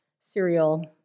cereal